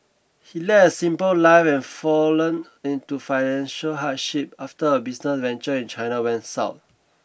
he led a simple life and fallen into financial hardship after a business venture in China went south